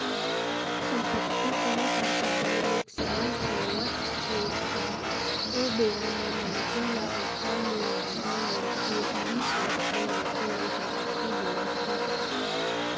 संपत्ति कोनो परकार ले नुकसानी होवत हे ता ओ बेरा म मनखे ल ओखर मुवाजा मिलथे इहीं सोच के मनखे मन संपत्ति बीमा कराथे